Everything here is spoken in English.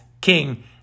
King